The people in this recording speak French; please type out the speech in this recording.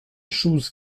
choses